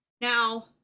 now